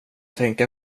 tänka